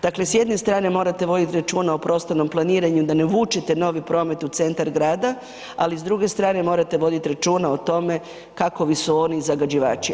Dakle, s jedne strane morate vodit računa o prostornom planiranju da ne vučete novi promet u centar grada, ali s druge strane morate vodit računa o tome kakovi su oni zagađivači.